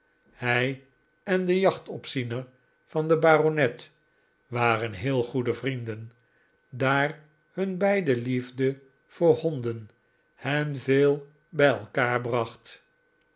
hij en de jachtopziener van den baronet waren heel goede vrienden daar hun beider liefde voor honden hen veel bij elkaar bracht